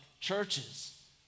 churches